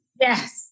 Yes